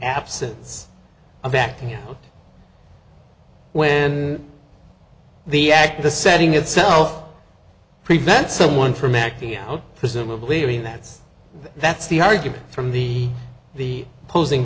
absence of back when the act the setting itself prevent someone from acting out presumably i mean that's that's the argument from the the opposing